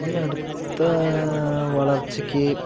ഈ അടുത്ത വളർച്ചയ്ക്ക്